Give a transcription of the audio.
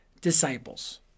disciples